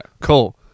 cool